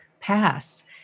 pass